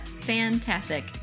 Fantastic